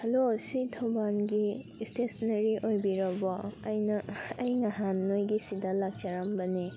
hello ꯁꯤ ꯊꯧꯕꯥꯜꯒꯤ ꯏꯁꯇꯦꯁꯟꯅꯔꯤ ꯑꯣꯏꯕꯤꯔꯕꯣ ꯑꯩꯅ ꯑꯩ ꯅꯍꯥꯟ ꯅꯣꯏꯒꯤ ꯁꯤꯗ ꯂꯥꯛꯆꯔꯝꯕꯅꯦ